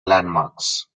landmarks